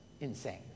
insane